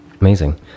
Amazing